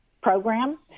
program